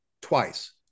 twice